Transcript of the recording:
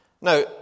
Now